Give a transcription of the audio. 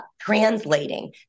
translating